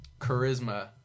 charisma